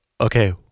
okay